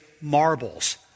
marbles